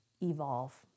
evolve